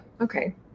okay